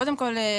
קודם כל,